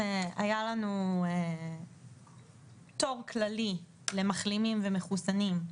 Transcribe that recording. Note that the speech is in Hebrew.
היה פטור כללי מבידוד למחלימים ולמחוסנים,